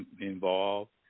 involved